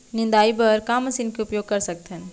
निंदाई बर का मशीन के उपयोग कर सकथन?